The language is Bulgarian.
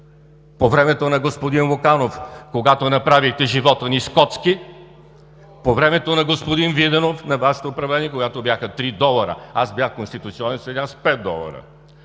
По времето на господин Луканов, когато направихте живота ни скотски; по времето на господин Виденов – Вашето управление, когато бяха три долара – аз бях конституционен съдия с пет долара;